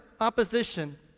opposition